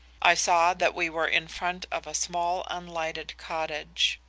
i saw that we were in front of a small unlighted cottage.